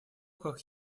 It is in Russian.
как